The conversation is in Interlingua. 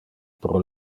pro